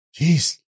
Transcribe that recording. Jeez